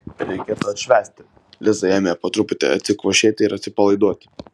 reikėtų atšvęsti liza ėmė po truputį atsikvošėti ir atsipalaiduoti